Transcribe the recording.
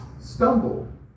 stumbled